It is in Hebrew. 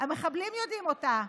המחבלים יודעים אותה.